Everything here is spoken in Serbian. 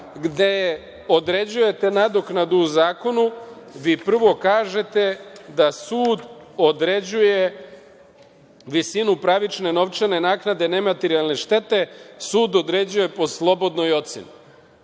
gde određujete nadoknadu u zakonu, vi prvo kažete da sud određuje visinu pravične novčane naknade, nematerijalne štete, sud određuje po slobodnoj oceni.